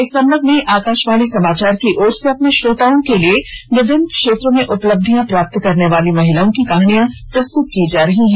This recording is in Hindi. इस संबंध में आकाशवाणी समाचार की ओर से अपने श्रोताओं के लिए विभिन्न क्षेत्रोंमें उपलक्षियां प्राप्त करने वाली महिलाओं की कहानियां प्रस्तुत की जा रही हैं